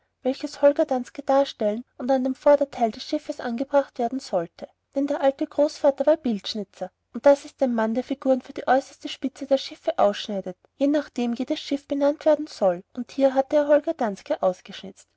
welches holger danske darstellen und an dem vorderteil eines schiffes angebracht werden sollte denn der alte großvater war bildschnitzer und das ist ein mann der figuren für die äußerste spitze der schiffe ausschneidet je nachdem jedes schiff benannt werden soll und hier hatte er nun holger danske ausgeschnitzt